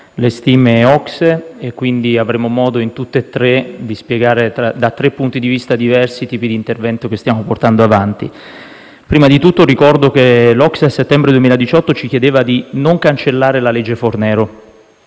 stime OCSE e quindi avremo modo di spiegare da tre punti di vista diversi i tipi di intervento che stiamo portando avanti. Prima di tutto ricordo che l'OCSE, a settembre 2018, ci chiedeva di non cancellare la cosiddetta legge Fornero.